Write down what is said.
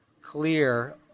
clear